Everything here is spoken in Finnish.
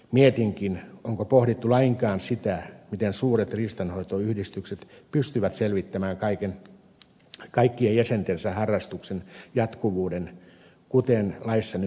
mietinkin onko pohdittu lainkaan sitä miten suuret riistanhoitoyhdistykset pystyvät selvittämään kaikkien jäsentensä harrastuksen jatkuvuuden kuten laissa nyt vaaditaan